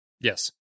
yes